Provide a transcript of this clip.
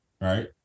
right